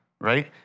right